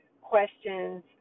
questions